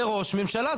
זה ראש ממשלה.